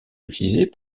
utilisés